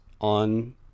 on